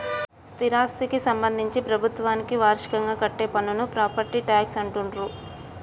స్థిరాస్థికి సంబంధించి ప్రభుత్వానికి వార్షికంగా కట్టే పన్నును ప్రాపర్టీ ట్యాక్స్ అంటుండ్రు